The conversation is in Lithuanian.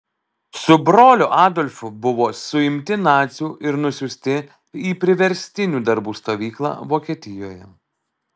su broliu adolfu buvo suimti nacių ir nusiųsti į priverstinių darbų stovyklą vokietijoje